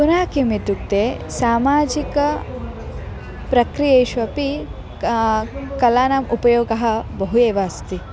पुनः किम् इत्युक्ते सामाजिक प्रक्रियासु अपि का कलानाम् उपयोगः बहु एव अस्ति